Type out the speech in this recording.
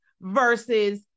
versus